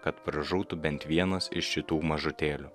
kad pražūtų bent vienas iš šitų mažutėlių